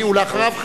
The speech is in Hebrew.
אחריו,